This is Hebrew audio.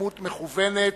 בהתעלמות מכוונת,